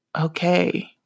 Okay